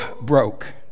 broke